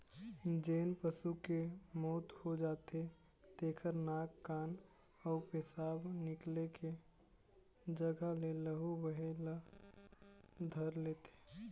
जेन पशु के मउत हो जाथे तेखर नाक, कान अउ पेसाब निकले के जघा ले लहू बहे ल धर लेथे